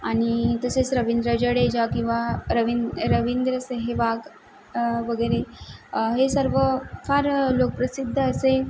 आणि तसेच रवींद्र जडेजा किंवा रविंद रवींद्र सेहेवाग वगैरे हे सर्व फार लोकप्रसिद्ध असे